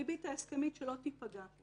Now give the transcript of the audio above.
שהריבית ההסכמית שלו תיפגע.